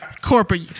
Corporate